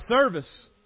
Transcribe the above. service